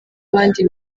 abandi